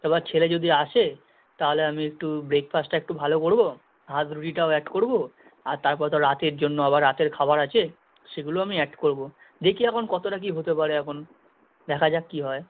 এবার ছেলে যদি আসে তাহলে আমি একটু ব্রেকফাস্টটা একটু ভালো করব হাত রুটিটাও অ্যাড করব আর তারপর তো রাতের জন্য আবার রাতের খাবার আছে সেগুলো আমি অ্যাড করব দেখি এখন কতটা কী হতে পারে এখন দেখা যাক কী হয়